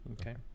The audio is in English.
Okay